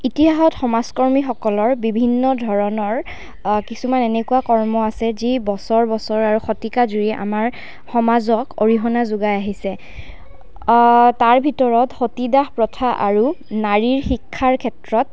ইতিহাসত সমাজকৰ্মীসকলৰ বিভিন্ন ধৰণৰ কিছুমান এনেকুৱা কৰ্ম আছে যি বছৰ বছৰ আৰু শতিকা জুৰি আমাৰ সমাজক অৰিহণা যোগায় আহিছে তাৰ ভিতৰত সতীদাহ প্ৰথা আৰু নাৰীৰ শিক্ষাৰ ক্ষেত্ৰত